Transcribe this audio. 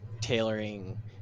tailoring